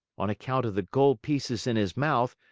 on account of the gold pieces in his mouth,